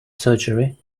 surgery